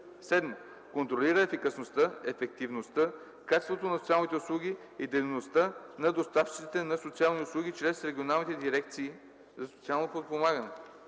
7. контролира ефикасността, ефективността, качеството на социалните услуги и дейността на доставчиците на социални услуги чрез регионалните дирекции за социално подпомагане;